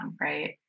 right